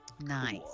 Nice